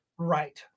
Right